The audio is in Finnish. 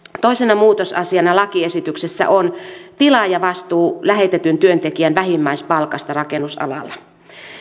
toisena muutosasiana lakiesityksessä on tilaajavastuu lähetetyn työntekijän vähimmäispalkasta rakennusalalla